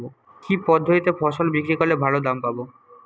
কি পদ্ধতিতে ফসল বিক্রি করলে ভালো দাম পাব?